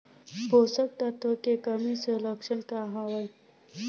पोषक तत्व के कमी के लक्षण का वा?